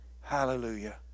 hallelujah